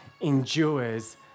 endures